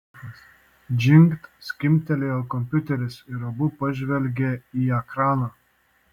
džingt skimbtelėjo kompiuteris ir abu pažvelgė į ekraną